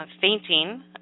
fainting